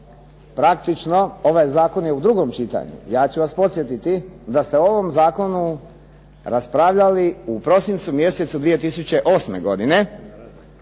praktično, ovaj zakon je u drugom čitanju. Ja ću vas podsjetiti da ste o ovom zakonu raspravljali u prosincu mjesecu 2008. godine